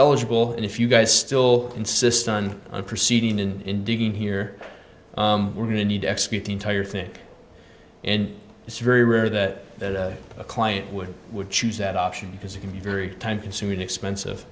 eligible and if you guys still insist on a proceeding in digging here we're going to need to execute the entire thing and it's very rare that a client would would choose that option because it can be very time consuming expensive